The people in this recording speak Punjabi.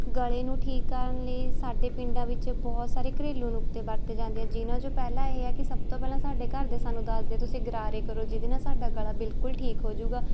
ਗਲੇ ਨੂੰ ਠੀਕ ਕਰਨ ਲਈ ਸਾਡੇ ਪਿੰਡਾਂ ਵਿੱਚ ਬਹੁਤ ਸਾਰੇ ਘਰੇਲੂ ਨੁਕਤੇ ਵਰਤੇ ਜਾਂਦੇ ਆ ਜਿਨ੍ਹਾਂ 'ਚੋਂ ਪਹਿਲਾ ਇਹ ਆ ਕਿ ਸਭ ਤੋਂ ਪਹਿਲਾਂ ਸਾਡੇ ਘਰ ਦੇ ਸਾਨੂੰ ਦੱਸਦੇ ਆ ਤੁਸੀਂ ਗਰਾਰੇ ਕਰੋ ਜਿਹਦੇ ਨਾਲ ਸਾਡਾ ਗਲਾ ਬਿਲਕੁਲ ਠੀਕ ਹੋਜੂਗਾ